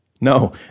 No